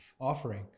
offering